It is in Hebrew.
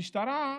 המשטרה,